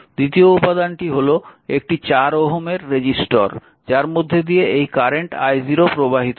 দ্বিতীয় উপাদানটি হল একটি 4 ওহমের রেজিস্টর যার মধ্যে দিয়ে এই কারেন্ট i0 প্রবাহিত হচ্ছে